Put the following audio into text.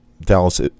Dallas